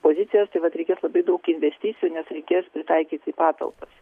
pozicijas tai vat reikės labai daug investicijų nes reikės pritaikyti patalpas